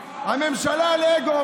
הממשלה, על אגו.